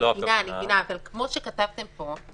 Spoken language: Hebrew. יש הגבלה של 72 שעות או במקרים מיוחדים,